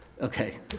Okay